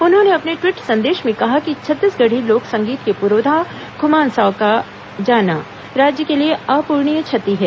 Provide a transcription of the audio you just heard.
उन्होंने अपने टवीट संदेश में कहा कि छत्तीसगढ़ी लोक संगीत के पुरोधा खुमान साव का जाना राज्य के लिए अप्रणीय क्षति है